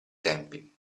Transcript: tempi